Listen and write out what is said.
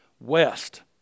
West